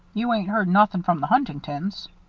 you ain't heard nothin' from the huntingtons?